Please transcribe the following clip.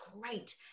great